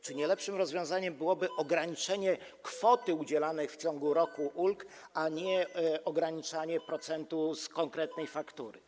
Czy nie lepszym rozwiązaniem byłoby ograniczenie kwoty ulgi udzielanej w ciągu roku, a nie ograniczanie dotyczące procentu z konkretnej faktury?